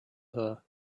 her